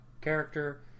character